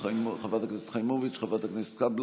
הרווחה והבריאות נתקבלה.